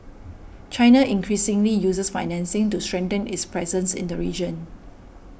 China increasingly uses financing to strengthen its presence in the region